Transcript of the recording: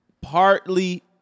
partly